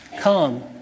Come